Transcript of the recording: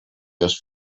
just